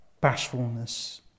bashfulness